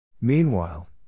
Meanwhile